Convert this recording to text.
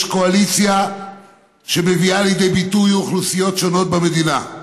יש קואליציה שמביאה לידי ביטוי אוכלוסיות שונות במדינה.